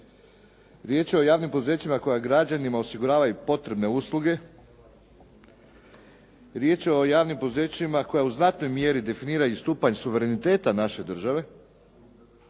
Riječ je o javnim poduzećima koja građanima osiguravaju potrebne usluge. Riječ je javnim poduzećima koja u znatnoj mjeri definiraju i stupanj suvereniteta naše države.